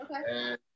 Okay